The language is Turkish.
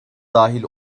dahil